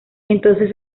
entonces